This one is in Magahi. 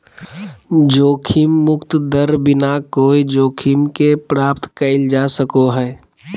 जोखिम मुक्त दर बिना कोय जोखिम के प्राप्त कइल जा सको हइ